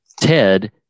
Ted